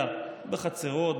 אלא בחצרות,